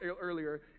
earlier